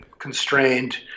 constrained